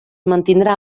mantindrà